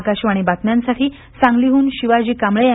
आकाशवाणी बातम्यांसाठी सांगलीहून शिवाजी कांबळेसह